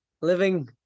living